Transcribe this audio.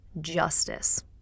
justice